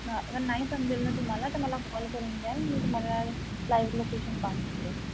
हा अगर नाही समजेल ना तुम्हाला तर मला कॉल करून द्याल मी तुम्हाला लाईव्ह लोकेशन पाठवून देईन